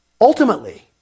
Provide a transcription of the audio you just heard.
ultimately